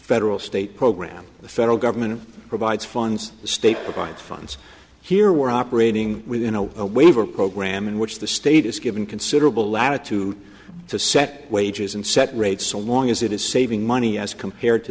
federal state program the federal government provides funds the state provides funds here we're operating within a waiver program in which the state is given considerable latitude to set wages and set rates so long as it is saving money as compared to